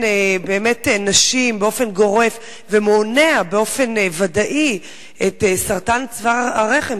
שמחסן נשים באופן גורף ומונע באופן ודאי את סרטן צוואר הרחם,